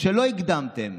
שלא הקדמתם,